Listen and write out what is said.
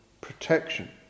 protection